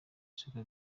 siko